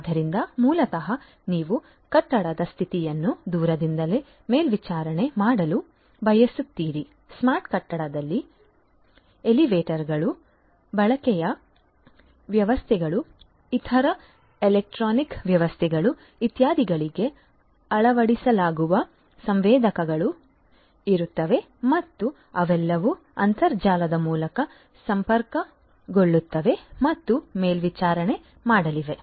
ಆದ್ದರಿಂದ ಮೂಲತಃ ನೀವು ಕಟ್ಟಡದ ಸ್ಥಿತಿಯನ್ನು ದೂರದಿಂದಲೇ ಮೇಲ್ವಿಚಾರಣೆ ಮಾಡಲು ಬಯಸುತ್ತೀರಿ ಸ್ಮಾರ್ಟ್ ಕಟ್ಟಡದಲ್ಲಿ ಎಲಿವೇಟರ್ಗಳು ಬೆಳಕಿನ ವ್ಯವಸ್ಥೆಗಳು ಇತರ ಎಲೆಕ್ಟ್ರಾನಿಕ್ ವ್ಯವಸ್ಥೆಗಳು ಇತ್ಯಾದಿಗಳಿಗೆ ಅಳವಡಿಸಲಾಗುವ ಸಂವೇದಕಗಳು ಇರುತ್ತವೆ ಮತ್ತು ಅವೆಲ್ಲವೂ ಅಂತರ್ಜಾಲದ ಮೂಲಕ ಸಂಪರ್ಕಗೊಳ್ಳುತ್ತವೆ ಮತ್ತು ಮೇಲ್ವಿಚಾರಣೆ ಮಾಡಲಿವೆ